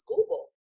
Google